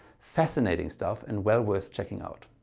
fascinating stuff and well worth checking out.